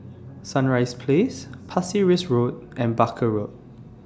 Sunrise Place Pasir Ris Road and Barker Road